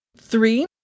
Three